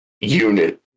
unit